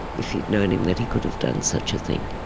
if he'd known him, that he could have done such a thing.